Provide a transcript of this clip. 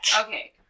Okay